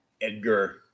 Edgar